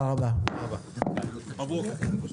הישיבה ננעלה בשעה